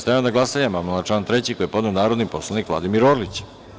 Stavljam na glasanje amandman na član 3. koji je podneo narodni poslanik Vladimir Orlić.